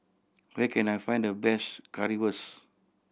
where can I find the best Currywurst